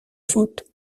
faute